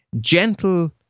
gentle